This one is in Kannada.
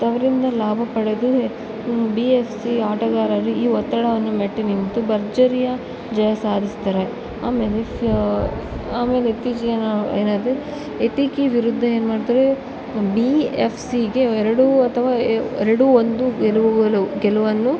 ತವರಿಂದ ಲಾಭ ಪಡೆದು ಬಿ ಎಫ್ ಸಿ ಆಟಗಾರರು ಈ ಒತ್ತಡವನ್ನು ಮೆಟ್ಟಿ ನಿಂತು ಭರ್ಜರಿಯ ಜಯ ಸಾಧಿಸ್ತಾರೆ ಆಮೇಲೆ ಸಹ ಆಮೇಲೆ ಇತ್ತೀಚಿಗೆ ಏನು ಏನಾಯಿತು ಇಟಕಿ ವಿರುದ್ಧ ಏನು ಮಾಡ್ತಾರೆ ಬಿ ಎಫ್ ಸಿಗೆ ಎರಡು ಅಥವಾ ಎರಡು ಒಂದು ಗೆಲುವು ಗೆಲುವನ್ನು